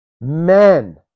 men